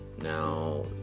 Now